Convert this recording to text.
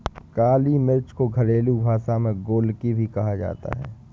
काली मिर्च को घरेलु भाषा में गोलकी भी कहा जाता है